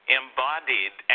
embodied